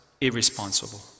irresponsible